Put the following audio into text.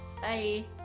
Bye